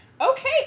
Okay